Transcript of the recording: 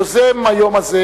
יוזם היום הזה,